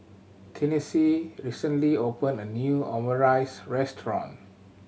Tennessee recently opened a new Omurice Restaurant